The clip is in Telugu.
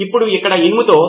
ఇది ఎక్కడో జరుగుతోంది